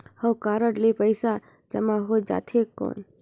हव कारड ले पइसा जमा हो जाथे कौन?